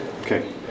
Okay